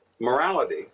Morality